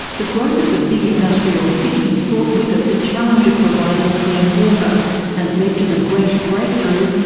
the growth of the big industrial cities brought with it the challenge of providing clean water and led to the great breakthrough,